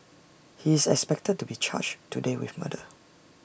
he is expected to be charged today with murder